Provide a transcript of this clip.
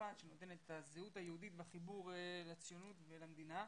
בצרפת שנותנת את הזהות היהודית ואת החיבור לציונות ולמדינה.